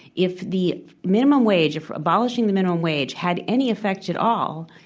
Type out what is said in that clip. if the minimum wage if abolishing the minimum wage had any effect at all,